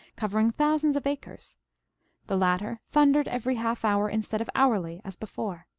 covering thousands of acres the latter thundered every half hour instead of hourly, as before.